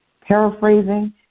Paraphrasing